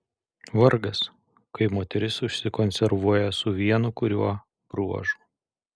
vargas kai moteris užsikonservuoja su vienu kuriuo bruožu